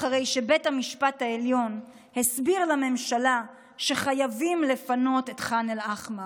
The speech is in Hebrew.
אחרי שבית המשפט העליון הסביר לממשלה שחייבים לפנות את ח'אן אל-אחמר,